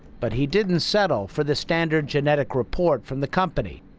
but he didn't settle for the standard genetic report from the company.